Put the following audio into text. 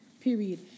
period